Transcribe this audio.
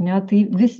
ne tai vis